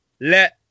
let